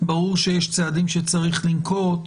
ברור שיש צעדים שצריך לנקוט,